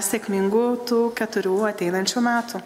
sėkmingų tų keturių ateinančių metų